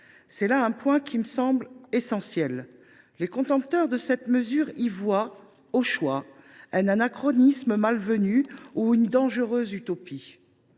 C’est là un point qui me semble essentiel ; les contempteurs de cette mesure y voient, au choix, un anachronisme malvenu ou une dangereuse utopie.